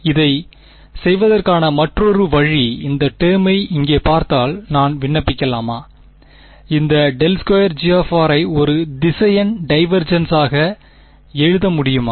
இதைச் செய்வதற்கான மற்றொரு வழி இந்த டெர்மை இங்கே பார்த்தால் நான் விண்ணப்பிக்கலாமா இந்த ∇2G ஐ ஒரு திசையன் டைவேர்ஜென்சாக எழுத முடியுமா